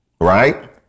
right